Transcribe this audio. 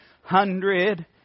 hundred